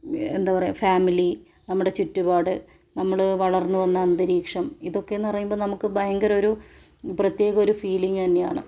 എന്താ പറയുക ഫാമിലി നമ്മുടെ ചുറ്റുപാട് നമ്മൾ വളർന്നു വന്ന അന്തരീക്ഷം ഇതൊക്കെന്നു പറയുമ്പം നമുക്ക് ഭയങ്കര ഒരു പ്രത്യേക ഒരു ഫീലിങ്ങ് തന്നെയാണ്